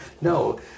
No